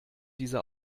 diese